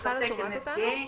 יש לה תקן FDA,